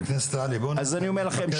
אז אני אומר לכם